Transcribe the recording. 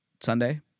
Sunday